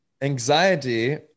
anxiety